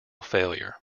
failure